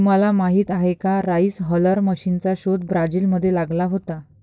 तुम्हाला माहीत आहे का राइस हलर मशीनचा शोध ब्राझील मध्ये लागला होता